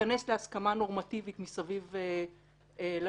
להתכנס להסכמה נורמטיבית מסביב לשולחן.